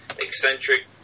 eccentric